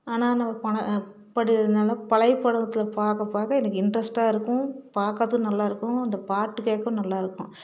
ஆனால் நம்ம பண பழையை படத்தில் பார்க்க பார்க்க எனக்கு இன்ட்ரெஸ்டாக இருக்கும் பார்க்கறது நல்லா இருக்கும் அந்த பாட்டு கேட்கவும் நல்லாருக்கும்